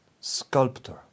sculptor